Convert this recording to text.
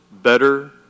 better